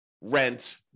rent